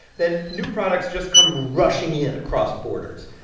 then new products just come rushing in across borders.